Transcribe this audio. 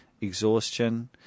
exhaustion